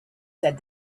said